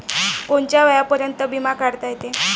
कोनच्या वयापर्यंत बिमा काढता येते?